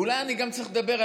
ואולי אני גם צריך לדבר,